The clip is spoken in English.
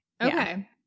Okay